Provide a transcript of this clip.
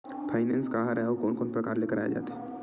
Finance का हरय आऊ कोन कोन प्रकार ले कराये जाथे?